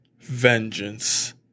vengeance